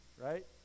right